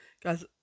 guys